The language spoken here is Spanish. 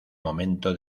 momento